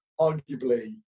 arguably